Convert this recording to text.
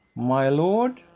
my lord?